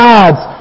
God's